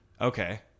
Okay